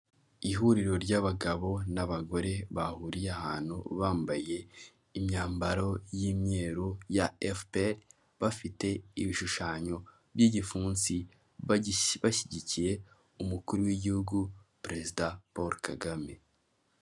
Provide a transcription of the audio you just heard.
Nta muntu utagira inzozi zo kuba mu nzu nziza kandi yubatse neza iyo nzu iri mu mujyi wa kigali uyishaka ni igihumbi kimwe cy'idolari gusa wishyura buri kwezi maze nawe ukibera ahantu heza hatekanye.